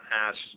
ask